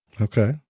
Okay